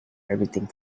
everything